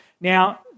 Now